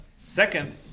Second